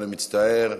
אני מצטער.